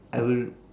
I will